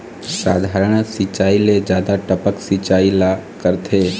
साधारण सिचायी ले जादा टपक सिचायी ला करथे